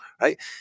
right